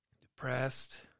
depressed